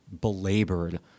belabored